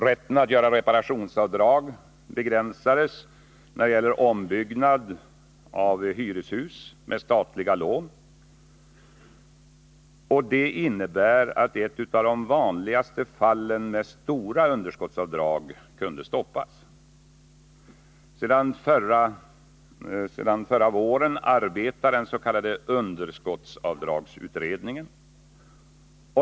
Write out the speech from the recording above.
Rätten att göra reparationsavdrag för ombyggnad av hyreshus med statliga lån har begränsats. Det innebär att ett av de vanligaste fallen med stora underskottsavdrag kunnat stoppas. Sedan förra våren arbetar den s.k. underskottsavdragsutredningen.